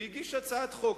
והגיש הצעת חוק,